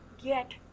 get